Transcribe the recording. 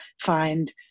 find